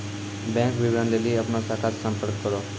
bank विबरण लेली अपनो शाखा से संपर्क करो